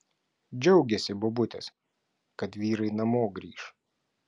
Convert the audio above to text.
džiaugėsi bobutės kad vyrai namo grįš